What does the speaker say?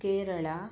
Kerala